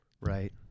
Right